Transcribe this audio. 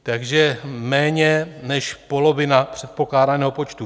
Takže méně než polovina předpokládaného počtu.